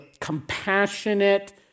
compassionate